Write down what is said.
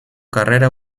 carrera